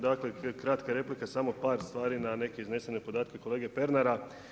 Dakle … kratka replika samo par stvari na neke iznesene podatke kolege Pernara.